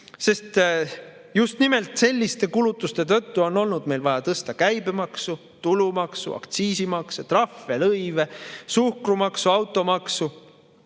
sest just nimelt selliste kulutuste tõttu on olnud meil vaja tõsta käibemaksu, tulumaksu, aktsiisimakse, trahve, lõive, suhkrumaksu, automaksu,